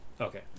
Okay